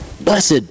Blessed